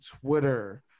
Twitter